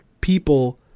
people